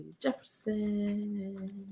Jefferson